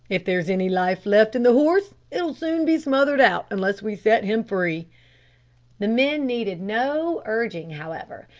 if there's any life left in the horse it'll soon be smothered out unless we set him free. the men needed no urging, however.